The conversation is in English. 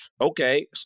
Okay